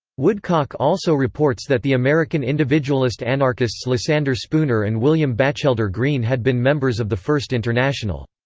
woodcock also reports that the american individualist anarchists lysander spooner and william batchelder greene had been members of the first international.